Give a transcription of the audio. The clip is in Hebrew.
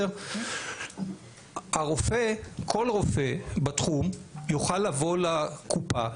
כל רופא בתחום יוכל לבוא לקופה,